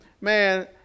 man